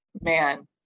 man